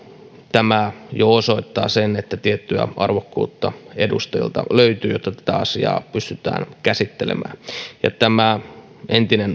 tämä jo osoittaa sen että tiettyä arvokkuutta edustajilta löytyy että tätä asiaa pystytään käsittelemään niin entinen